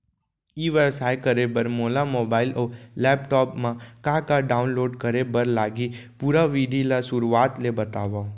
ई व्यवसाय करे बर मोला मोबाइल अऊ लैपटॉप मा का का डाऊनलोड करे बर लागही, पुरा विधि ला शुरुआत ले बतावव?